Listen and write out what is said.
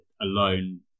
alone